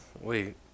wait